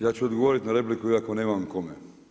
Ja ću odgovoriti na repliku iako nemam kome.